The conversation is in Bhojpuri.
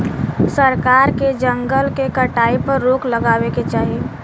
सरकार के जंगल के कटाई पर रोक लगावे क चाही